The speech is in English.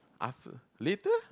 af~ later